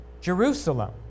Jerusalem